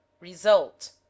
result